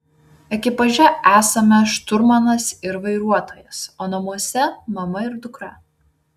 ekipaže esame šturmanas ir vairuotojas o namuose mama ir dukra